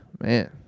man